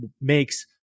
makes